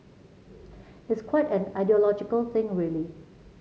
it's quite an ideological thing really